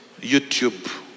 YouTube